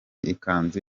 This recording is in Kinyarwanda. ikanzu